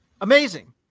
Amazing